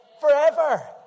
Forever